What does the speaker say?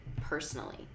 personally